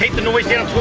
the noise down